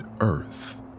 Earth